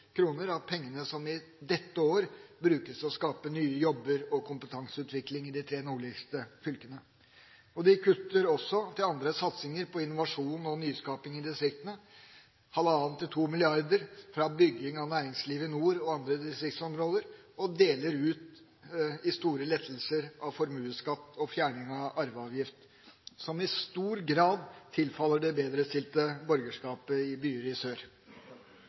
av pengene som i dette år brukes til å skape nye jobber og kompetanseutvikling i de tre nordligste fylkene. De kutter også i andre satsinger på innovasjon og nyskaping i distriktene – halvannen til to milliarder til bygging av næringsliv i nord og andre distriktsområder – og deler ut i form av store lettelser i formuesskatt og fjerning av arveavgift, som i stor grad tilfaller det bedrestilte borgerskapet i byer i sør.